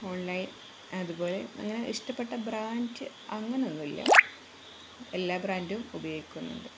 online അതുപോലെ അങ്ങനെ ഇഷ്ടപ്പെട്ട ബ്രാന്റ് അങ്ങനെയൊന്നുമില്ല എല്ലാ ബ്രാൻഡും ഉപയോഗിക്കുന്നുണ്ട്